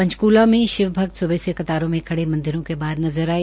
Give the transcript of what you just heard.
उधर पंचकूला में शिव भक्त सुबह से कतारों में खड़े मंदिरों के बाहर नजर आए